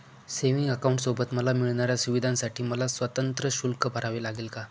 Savings अकाउंटसोबत मला मिळणाऱ्या सुविधांसाठी मला स्वतंत्र शुल्क भरावे लागेल का?